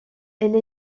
elle